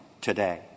today